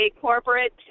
corporate